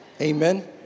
Amen